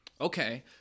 okay